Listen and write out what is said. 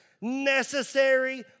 Necessary